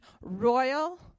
royal